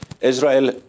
Israel